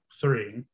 three